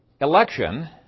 Election